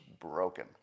broken